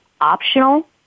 optional